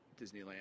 Disneyland